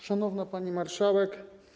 Szanowna Pani Marszałek!